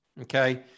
Okay